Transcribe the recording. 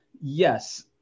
Yes